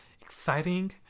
exciting